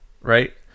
right